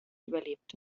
überlebt